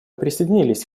присоединились